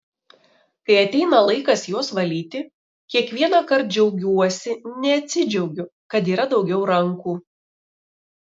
kai ateina laikas juos valyti kiekvienąkart džiaugiuosi neatsidžiaugiu kad yra daugiau rankų